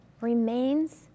remains